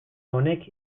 honek